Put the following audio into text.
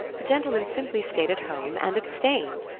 a gentleman simply stayed at home and abstained.